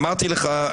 אמרתי לך,